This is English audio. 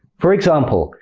for example,